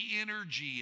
energy